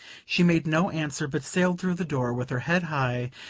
she made no answer, but sailed through the door with her head high,